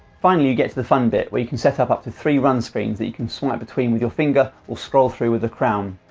finally you get to the fun bit where you can setup up to three run screen that you can swipe between with your finger or scroll through with the crown.